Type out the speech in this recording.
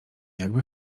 jakby